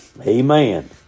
Amen